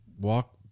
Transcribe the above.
walk